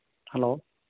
hello